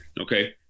Okay